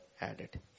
added